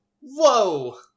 Whoa